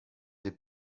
des